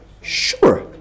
Sure